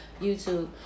youtube